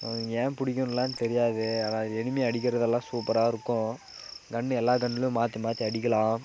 ஏன் பிடிக்குன்லா தெரியாது ஆனால் எனிமி அடிக்கிறதெல்லாம் சூப்பராக இருக்கும் கன் எல்லா கன்லையும் மாற்றி மாற்றி அடிக்கலாம்